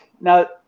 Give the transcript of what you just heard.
now